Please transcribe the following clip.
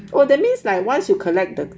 oh that means like once you collected the